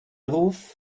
ruf